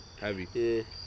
heavy